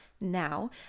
now